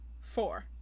four